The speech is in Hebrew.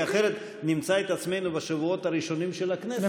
כי אחרת נמצא את עצמנו בשבועות הראשונים של הכנסת,